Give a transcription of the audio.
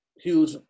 huge